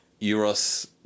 Euros